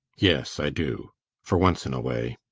yes i do for once in a way.